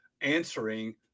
answering